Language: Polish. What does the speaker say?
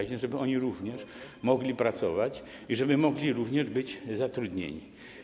Chodzi o to, żeby oni również mogli pracować i żeby mogli również być zatrudnieni.